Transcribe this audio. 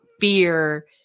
fear